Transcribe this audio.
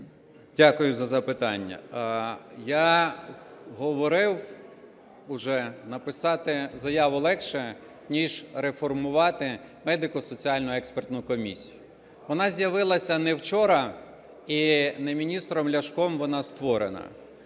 Дякую за запитання. Я говорив уже, написати заяву легше ніж реформувати медико-соціальну експертну комісію. Вона з'явилася не вчора і не міністром Ляшком вона створена.